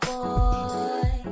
boy